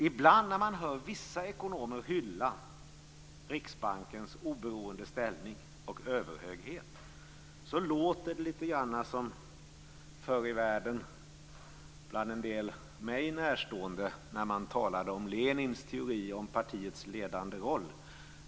Ibland när man hör vissa ekonomer hylla Riksbankens oberoende ställning och överhöghet låter det lite grann som förr i världen bland en del mig närstående när de talade om Lenins teorier om partiets ledande roll.